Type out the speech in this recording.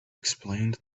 explained